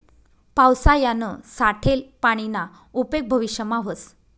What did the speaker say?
पावसायानं साठेल पानीना उपेग भविष्यमा व्हस